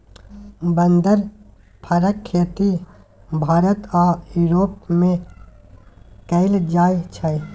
बदर फरक खेती भारत आ युरोप मे कएल जाइ छै